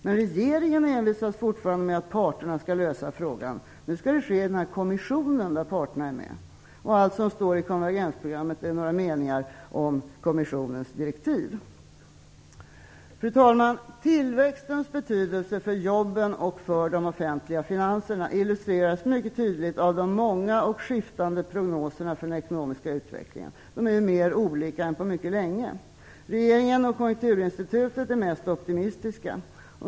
Men regeringen envisas fortfarande med att parterna skall lösa frågan. Nu skall det ske i den kommission där parterna finns med. Och allt som står i konvergensprogrammet är några meningar om kommissionens direktiv. Fru talman! Tillväxtens betydelse för jobben och för de offentliga finanserna illustreras mycket tydligt av de många och skiftande prognoserna för den ekonomiska utvecklingen. De är mer olika än på mycket länge. Regeringen och Konjunkturinstitutet är mest optimistiska.